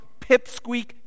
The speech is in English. pipsqueak